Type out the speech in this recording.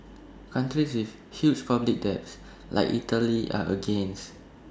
countries with huge public debts like Italy are against